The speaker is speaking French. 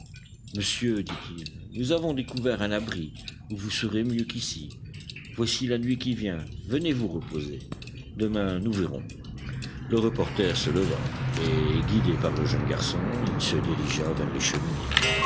monsieur dit-il nous avons découvert un abri où vous serez mieux qu'ici voici la nuit qui vient venez vous reposer demain nous verrons le reporter se leva et guidé par le jeune garçon il se dirigea vers les cheminées